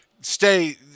stay